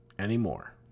anymore